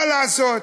מה לעשות?